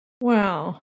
Wow